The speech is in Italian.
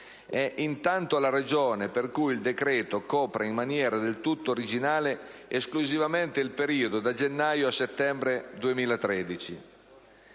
decreto è la ragione per cui esso copra, in maniera del tutto originale, esclusivamente il periodo da gennaio a settembre 2013,